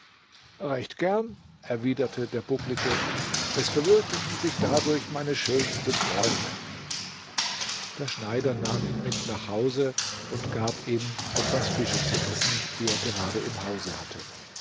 recht gern erwiderte der bucklige es verwirklichen sich dadurch meine schönsten träume der schneider nahm ihn mit nach hause und gab ihm etwas fische zu essen die er gerade im hause hatte